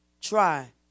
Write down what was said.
try